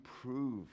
prove